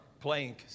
playing